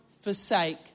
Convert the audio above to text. forsake